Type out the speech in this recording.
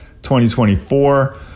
2024